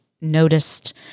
noticed